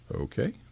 Okay